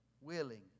willing